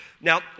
Now